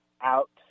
out